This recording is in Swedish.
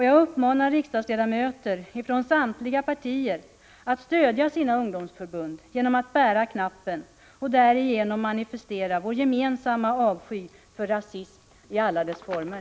Jag uppmanar riksdagens ledamöter från samtliga partier att stödja sina ungdomsförbund genom att bära knappen och därigenom manifestera vår gemensamma avsky för rasism i alla dess former.